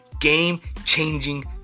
game-changing